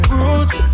roots